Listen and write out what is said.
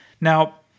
Now